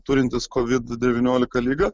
turintys kovid devyniolika ligą